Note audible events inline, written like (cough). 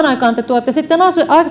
(unintelligible) aikaan te tuotte sitten